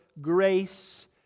grace